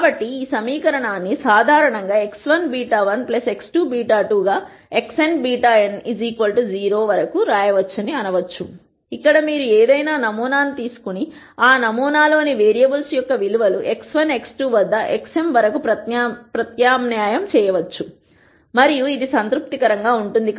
కాబట్టి ఈ సమీకరణాన్ని సాధారణంగా x1 β1 x2 β2 గా xn βn 0 వరకు వ్రాయవచ్చని అన వచ్చు ఇక్కడ మీరు ఏదైనా నమూనా ను తీసుకొని ఆ నమూనా లోని వేరియబుల్స్ యొక్క విలు వలను x1 x2 వద్ద xn వరకు ప్రత్యామ్నాయం చేయవచ్చు మరియు ఇది సంతృప్తికరంగా ఉంటుంది